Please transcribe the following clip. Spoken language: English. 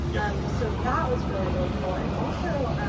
yeah um so that was really, really cool. and also,